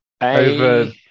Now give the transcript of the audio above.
over